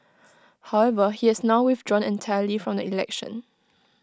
however he has now withdrawn entirely from the election